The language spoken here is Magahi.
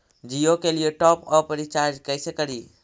जियो के लिए टॉप अप रिचार्ज़ कैसे करी?